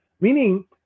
meaning